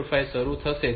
58 થી શરૂ થશે 5